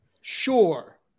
sure